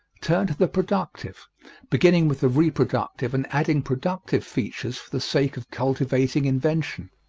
turn to the productive beginning with the reproductive and adding productive features for the sake of cultivating invention.